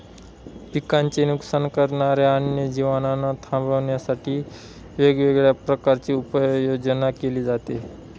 पिकांचे नुकसान करणाऱ्या अन्य जीवांना थांबवण्यासाठी वेगवेगळ्या प्रकारची उपाययोजना केली जाते